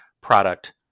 product